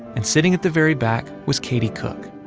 and sitting at the very back was katie cook.